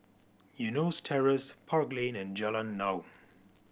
Eunos Terrace Park Lane and Jalan Naung